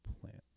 plants